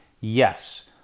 Yes